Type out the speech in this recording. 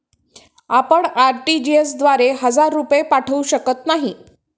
आपण आर.टी.जी.एस द्वारे हजार रुपये पाठवू शकत नाही